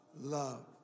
love